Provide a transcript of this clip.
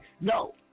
No